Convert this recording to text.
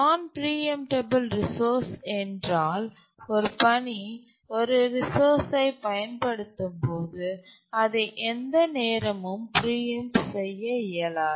nonpreemptible resource என்றால் ஒரு பணி ஒரு ரிசோர்ஸ் ஐ பயன்படுத்தும்போது அதை எந்த நேரமும் பிரீஎம்ட்ட செய்ய இயலாது